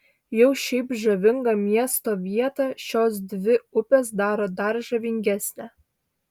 jau šiaip žavingą miesto vietą šios dvi upės daro dar žavingesnę